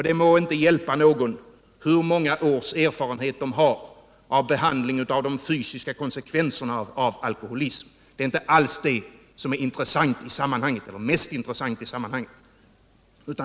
Det hjälper inte någon hur många års erfarenhet han än har av behandling av de fysiska konsekvenserna av alkoholism. Det är inte alls det som är mest intressant i sammanhanget.